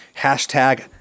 hashtag